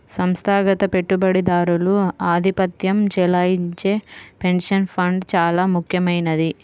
సంస్థాగత పెట్టుబడిదారులు ఆధిపత్యం చెలాయించే పెన్షన్ ఫండ్స్ చాలా ముఖ్యమైనవి